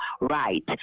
right